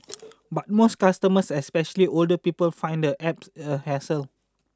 but most customers especially older people find the App a hassle